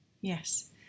Yes